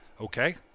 okay